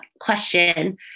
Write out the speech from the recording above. question